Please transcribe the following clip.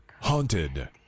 haunted